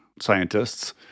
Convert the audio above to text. scientists